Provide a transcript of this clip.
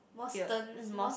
feared more